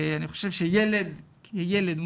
אני חושב שילד כילד,